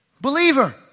Believer